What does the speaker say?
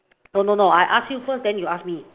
no no no I ask you first then you ask me